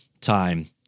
time